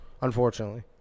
Unfortunately